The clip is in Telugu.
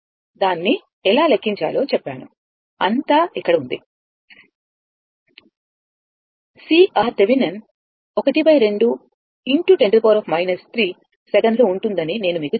దాన్ని ఎలా లెక్కించాలో చెప్పాను అంతా ఇక్కడ ఉంది CRThevenin 12x10 3 సెకన్లు ఉంటుందని నేను మీకు చెప్పాను